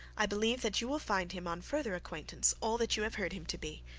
i believe that you will find him, on farther acquaintance, all that you have heard him to be,